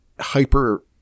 Hyper